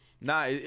Nah